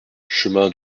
chemin